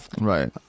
right